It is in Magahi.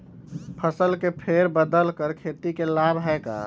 फसल के फेर बदल कर खेती के लाभ है का?